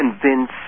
convince